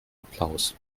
applaus